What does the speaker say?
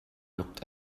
looked